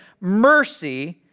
mercy